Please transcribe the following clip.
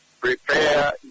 Prepare